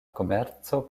komerco